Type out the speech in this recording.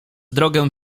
drogę